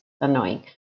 annoying